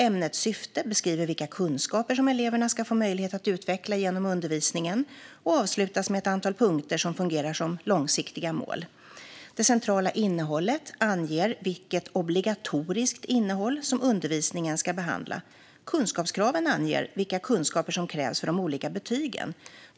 Ämnets syfte beskriver vilka kunskaper eleverna ska få möjlighet att utveckla genom undervisningen och avslutas med ett antal punkter som fungerar som långsiktiga mål. Det centrala innehållet anger vilket obligatoriskt innehåll som undervisningen ska behandla. Kunskapskraven anger vilka kunskaper som krävs för de olika betygen.